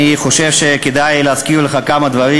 אני חושב שכדאי להזכיר לך כמה דברים.